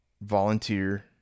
volunteer